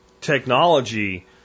technology